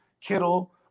Kittle